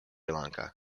lanka